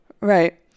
Right